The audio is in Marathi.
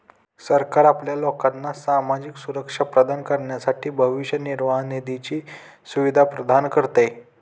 सरकार आपल्या लोकांना सामाजिक सुरक्षा प्रदान करण्यासाठी भविष्य निर्वाह निधीची सुविधा प्रदान करते